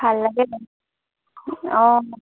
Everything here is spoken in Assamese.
ভাল লাগে অঁ